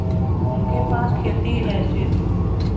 उनके पास खेती हैं सिर्फ